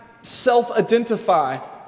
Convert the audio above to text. self-identify